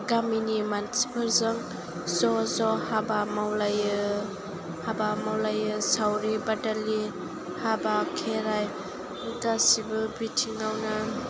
गामिनि मानसिफोरजों ज' ज' हाबा मावलायो हाबा मावलायो सावरि बादालि हाबा खेराइ गासिबो बिथिङावनो